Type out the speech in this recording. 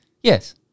Yes